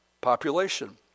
population